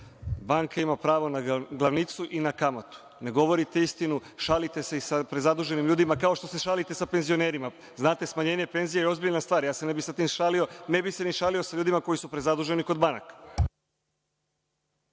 Banka ima pravo na glavnicu i kamatu. Ne govorite istinu. Šalite se sa prezaduženim ljudima, kao što se šalite sa penzionerima. Znate, smanjenje penzija je ozbiljna stvar i ja se ne bih sa tim šalio i ne bih se šalio sa ljudima koji su prezaduženi kod banaka.